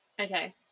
okay